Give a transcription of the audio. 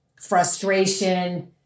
frustration